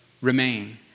Remain